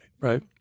right